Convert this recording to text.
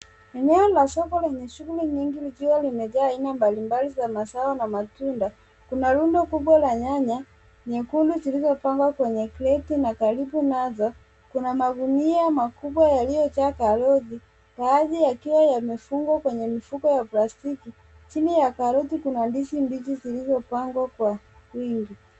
Eneo la soko lenye shughuli nyingi likiwa limejaa aina mbalimbali za mazao na matunda. Kuna rundo kubwa la nyanya nyekundu zilizopangwa kwenye kreti na karibu nazo kuna magunia makubwa yaliyojaa karoti baadhi yakiwa yamefungwa kwenye mifuko ya plastiki. Chini ya karoti kuna ndizi mbichi zilizopangwa kwa wingi.